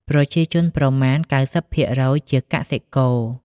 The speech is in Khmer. ប្រជាជនប្រមាណ ៩០% ជាកសិករ។